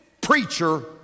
preacher